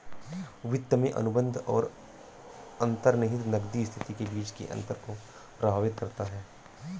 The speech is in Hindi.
वित्त में अनुबंध और अंतर्निहित नकदी स्थिति के बीच के अंतर को प्रभावित करता है